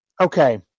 okay